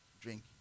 Drink